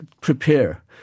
prepare